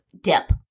dip